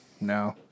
No